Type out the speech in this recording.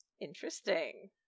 Interesting